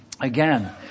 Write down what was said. Again